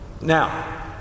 Now